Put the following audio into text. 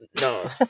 No